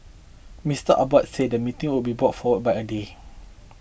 Mister Abbott said the meeting will be brought forward by a day